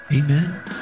Amen